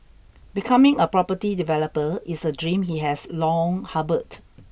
becoming a property developer is a dream he has long harboured